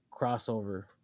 crossover